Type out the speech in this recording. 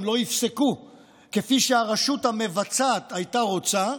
הם לא יפסקו כפי שהרשות המבצעת הייתה רוצה,